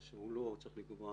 מה שהוא לא צריך לקבוע,